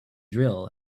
drill